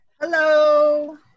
Hello